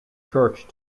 church